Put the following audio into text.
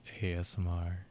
ASMR